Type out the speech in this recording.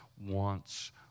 wants